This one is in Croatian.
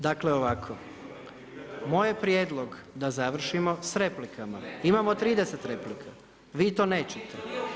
Dakle ovako, moj je prijedlog da završimo s replikama, imamo 30 replika, vi to nećete.